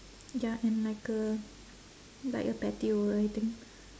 ya and like a like a patio I think